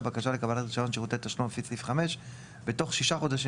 בקשה לקבלת רישיון שירותי תשלום לפי סעיף 5 בתוך שישה חודשים